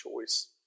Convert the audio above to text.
choice